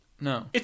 no